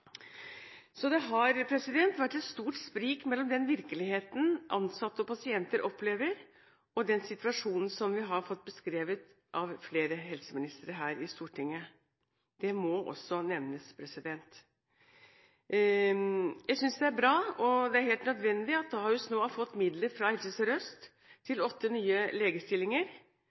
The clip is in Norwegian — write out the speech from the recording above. Så det har vært et stort sprik mellom den virkeligheten som ansatte og pasienter opplever, og den situasjonen som vi har fått beskrevet av flere helseministre her i Stortinget. Det må også nevnes. Jeg synes det er bra – og helt nødvendig – at Ahus nå har fått midler fra Helse Sør-Øst til åtte nye legestillinger.